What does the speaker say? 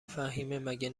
فهیمهمگه